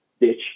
ditch